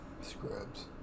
Scrubs